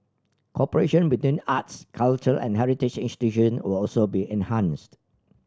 cooperation between arts culture and heritage institution will also be enhanced